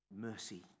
mercy